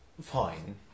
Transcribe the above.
fine